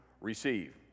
receive